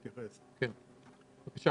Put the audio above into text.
בבקשה.